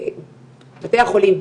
בתי החולים,